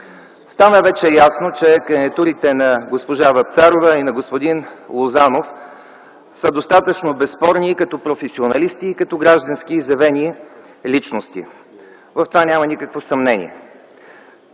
стана ясно, че кандидатурите на госпожа Вапцарова и на господин Лозанов са достатъчно безспорни и като професионалисти, и като граждански изявени личности – в това няма никакво съмнение.